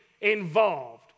involved